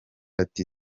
ati